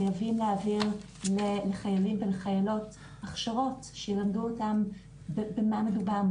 חייבים להעביר לחיילים ולחיילות הכשרות שילמדו אותם במה מדובר,